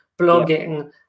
blogging